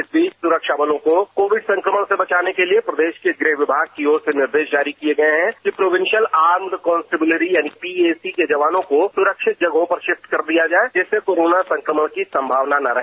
इस बीच सुरक्षा बलों को कोविड संक्रमण से बचाने के लिए प्रदेश के गृह विभाग की ओर से निर्देश जारी किए गए हैं कि प्रोवेंसल आर्म्स कॉन्सबलरी यानी पीएसी के जवानों को सुरक्षित जगहों पर शिफ्ट कर दिया जाए जिससे कोरोना संक्रमण की संभावना न रहे